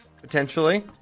potentially